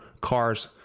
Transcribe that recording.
cars